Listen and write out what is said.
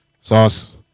Sauce